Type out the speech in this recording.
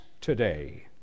today